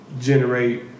generate